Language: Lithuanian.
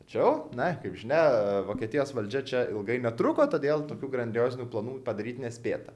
tačiau na kaip žinia vokietijos valdžia čia ilgai netruko todėl tokių grandiozinių planų padaryt nespėta